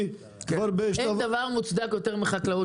כפי שאמר חבר הכנסת מרגי והזכיר מוטי אלקבץ,